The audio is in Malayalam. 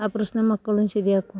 ആ പ്രശ്നം മക്കളും ശരിയാക്കും